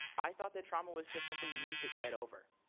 i thought that trauma was just something you need to get over,